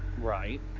Right